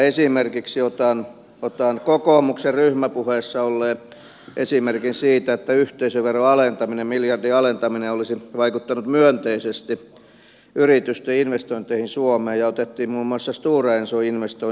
esimerkiksi otan kokoomuksen ryhmäpuheessa olleen esimerkin siitä että yhteisöveron alentaminen miljardin alentaminen olisi vaikuttanut myönteisesti yritysten investointeihin suomeen ja otettiin muun muassa stora enson investoinnit esille